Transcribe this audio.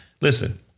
Listen